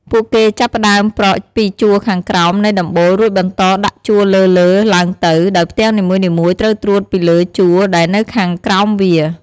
ពួកគេចាប់ផ្ដើមប្រក់ពីជួរខាងក្រោមនៃដំបូល រួចបន្តដាក់ជួរលើៗឡើងទៅ ដោយផ្ទាំងនីមួយៗត្រូវត្រួតពីលើជួរដែលនៅខាងក្រោមវា។